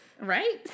right